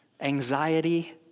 anxiety